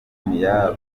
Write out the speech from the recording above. jumia